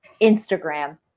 Instagram